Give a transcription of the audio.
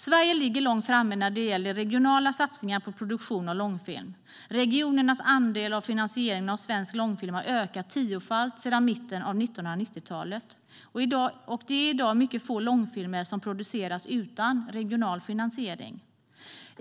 Sverige ligger långt framme när det gäller regionala satsningar på produktion och långfilm. Regionernas andel av finansieringen av svensk långfilm har ökat tiofalt sedan mitten av 1990-talet, och det är i dag mycket få långfilmer som produceras utan regional finansiering.